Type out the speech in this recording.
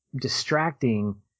distracting